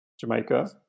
Jamaica